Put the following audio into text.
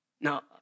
Now